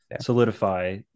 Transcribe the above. solidify